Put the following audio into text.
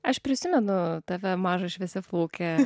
aš prisimenu tave mažą šviesiaplaukę